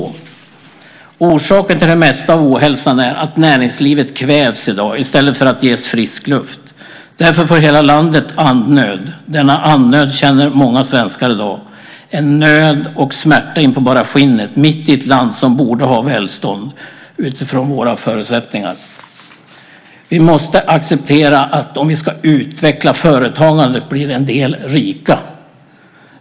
Orsaken till det mesta av ohälsan är att näringslivet kvävs i dag i stället för att ges frisk luft. Därför får hela landet andnöd. Denna andnöd känner många svenskar i dag. Det är en nöd och smärta in på bara skinnet för ett land som utifrån våra förutsättningar borde ha välstånd. "Vi måste acceptera, att om vi ska utveckla företagandet, blir en del rika."